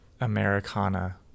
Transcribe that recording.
americana